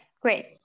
Great